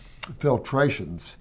filtrations